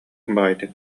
баҕайытык